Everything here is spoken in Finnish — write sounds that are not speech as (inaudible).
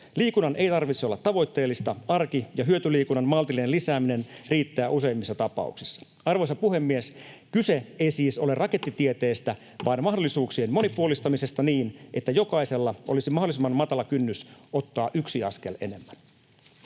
Liikunnan ei tarvitse olla tavoitteellista. Arki- ja hyötyliikunnan maltillinen lisääminen riittää useimmissa tapauksissa. Arvoisa puhemies! Kyse ei siis ole rakettitieteestä (noise) vaan mahdollisuuksien monipuolistamisesta niin, että jokaisella olisi mahdollisimman matala kynnys ottaa yksi askel enemmän.